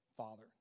Father